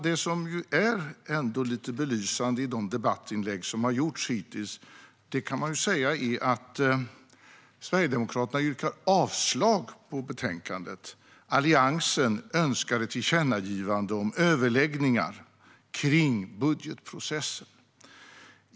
Det som ändå är lite belysande i de debattinlägg som har gjorts hittills är att Sverigedemokraterna yrkar avslag på förslaget i betänkandet medan Alliansen önskar ett tillkännagivande om överläggningar om budgetprocessen.